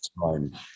time